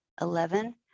eleven